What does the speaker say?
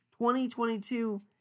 2022